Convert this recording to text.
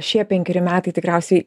šie penkeri metai tikriausiai